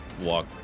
walk